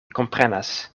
komprenas